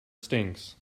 stinks